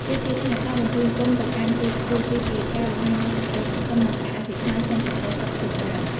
គេជឿថា ការបញ្ជូនគោមទៅកាន់ទីខ្ពស់ គឺជាការបង្ហាញនូវសេចក្តីសង្ឃឹម និងការអធិដ្ឋានសុំសេចក្តីសុខចម្រើន។